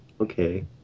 Okay